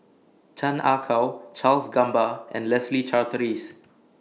Chan Ah Kow Charles Gamba and Leslie Charteris